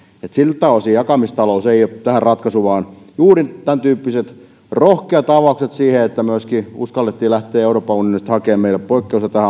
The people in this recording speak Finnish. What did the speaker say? että siltä osin jakamistalous ei ole tähän ratkaisu vaan juuri tämäntyyppiset rohkeat avaukset ja se että myöskin uskallettiin lähteä euroopan unionista hakemaan meille poikkeusta